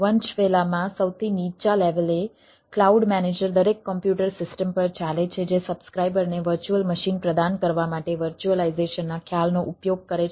વંશવેલામાં સૌથી નીચા લેવલે ક્લાઉડ મેનેજર દરેક કોમ્પ્યુટર સિસ્ટમ પર ચાલે છે જે સબ્સ્ક્રાઇબરને વર્ચ્યુઅલ મશીન પ્રદાન કરવા માટે વર્ચ્યુઅલાઈઝેશનના ખ્યાલનો ઉપયોગ કરે છે